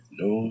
no